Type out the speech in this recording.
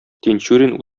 тинчурин